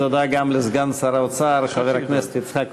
תודה גם לסגן שר האוצר חבר הכנסת יצחק כהן.